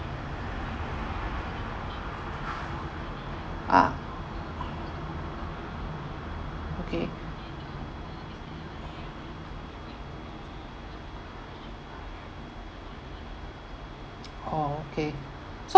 ah okay orh okay so